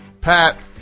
Pat